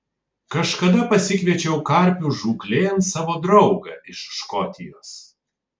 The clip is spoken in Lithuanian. kažkada pasikviečiau karpių žūklėn savo draugą iš škotijos